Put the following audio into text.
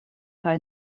kaj